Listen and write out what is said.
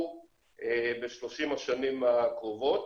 הציבור ב-30 השנים הקרובות.